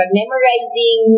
memorizing